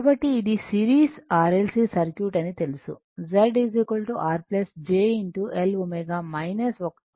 కాబట్టి ఇది series R L C circuit అని తెలుసు Z R j L 1ω C